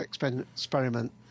experiment